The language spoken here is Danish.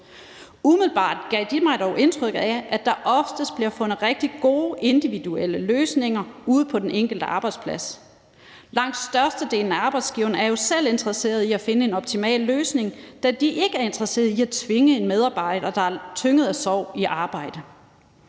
Umiddelbart gav de mig dog indtrykket af, at der oftest bliver fundet rigtig gode individuelle løsninger ude på den enkelte arbejdsplads. Langt størstedelen af arbejdsgiverne er jo selv interesseret i at finde en optimal løsning, da de ikke er interesseret i at tvinge en medarbejder, der er tynget af sorg, i arbejde.